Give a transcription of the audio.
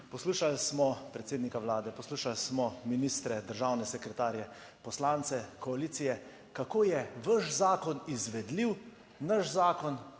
Poslušali smo predsednika Vlade, poslušali smo ministre, državne sekretarje, poslance koalicije kako je vaš zakon izvedljiv, naš Zakon